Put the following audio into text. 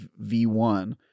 v1